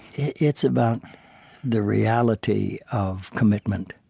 it's about the reality of commitment.